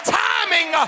timing